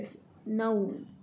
नऊ